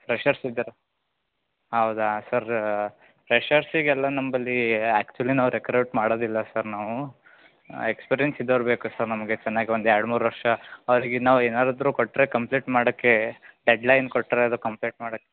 freshers ಇದ್ದೀರಾ ಹೌದಾ sir ಫ್ರೆಷೆರ್ಸಿಗೆಲ್ಲ ನಮ್ಮಲ್ಲಿ ಆ್ಯಕ್ಚುಲಿ ನಾವು ರೆಕ್ರುಟ್ ಮಾಡೋದಿಲ್ಲ ಸರ್ ನಾವು ಎಕ್ಸ್ಪೀರಿಯನ್ಸ್ ಇದ್ದೋರು ಬೇಕು ಸರ್ ನಮಗೆ ಚೆನ್ನಾಗಿ ಒಂದು ಎರಡು ಮೂರು ವರ್ಷ ಅವರಿಗೆ ನಾವು ಏನಾದರೂ ಕೊಟ್ಟರೆ ಕಂಪ್ಲೀಟ್ ಮಾಡೋಕ್ಕೆ ಡೆಡ್ಲೈನ್ ಕೊಟ್ರೆ ಅದು ಕಂಪ್ಲೀಟ್ ಮಾಡ